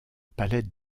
palais